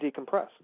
decompress